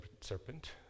serpent